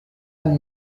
anne